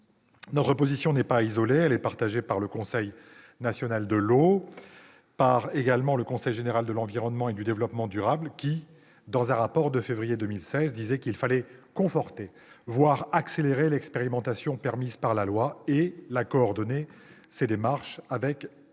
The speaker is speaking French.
Notre position n'est pas isolée ; elle est partagée par le Conseil national de l'eau et par le Conseil général de l'environnement et du développement durable, qui, dans un rapport de février 2016, préconisait de conforter, voire d'accélérer l'expérimentation permise par la loi et de la coordonner avec le dispositif